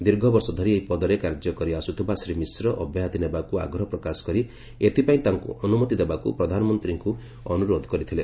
ଦୀର୍ଘବର୍ଷ ଧରି ଏହି ପଦରେ କାର୍ଯ୍ୟ କରିଆସୁଥିବା ଶ୍ରୀ ମିଶ୍ର ଅବ୍ୟାହତି ନେବାକୁ ଆଗ୍ରହପ୍ରକାଶ କରି ଏଥିପାଇଁ ତାଙ୍କୁ ଅନୁମତି ଦେବାକୁ ପ୍ରଧାନମନ୍ତ୍ରୀଙ୍କୁ ଅନୁରୋଧ କରିଥିଲେ